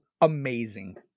amazing